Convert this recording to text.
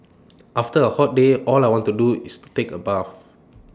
after A hot day all I want to do is to take A bath